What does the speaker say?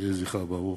יהי זכרה ברוך.